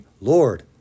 Lord